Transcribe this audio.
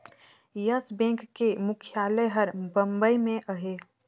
yes bank के मुख्यालय हर बंबई में अहे